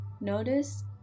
Notice